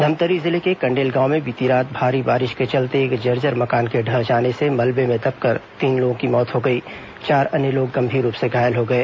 धमतरी जिले के कंडेल गांव में बीती रात भारी बारिश के चलते एक जर्जर मकान के ढह जाने से मलबे में दबकर तीन लोगों की मौत हो गई चार अन्य लोग गंभीर रूप से घायल हो गए